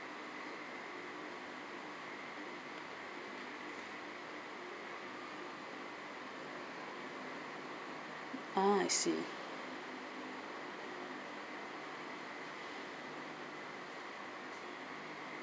ah I see